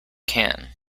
can